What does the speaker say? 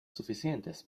suficientes